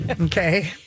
Okay